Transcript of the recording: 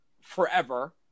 forever